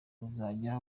bazajya